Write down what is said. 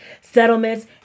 settlements